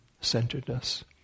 centeredness